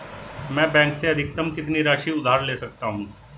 मैं बैंक से अधिकतम कितनी राशि उधार ले सकता हूँ?